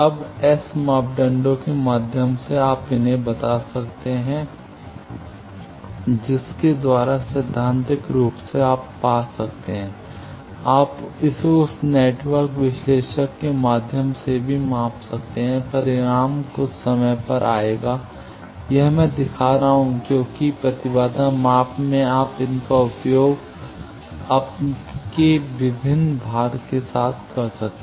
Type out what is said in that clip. अब S मापदंडों के माध्यम से आप इन्हें बना सकते हैं जिसके द्वारा सैद्धांतिक रूप से आप पा सकते हैं आप इसे उस नेटवर्क विश्लेषक के माध्यम से भी माप सकते हैं परिणाम कुछ समय पर आएगा यह मैं दिखा रहा हूं क्योंकि प्रतिबाधा माप में आप इनका उपयोग आपके विभिन्न भार के साथ कर सकते हैं